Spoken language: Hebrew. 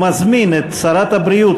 אני מזמין את שרת הבריאות,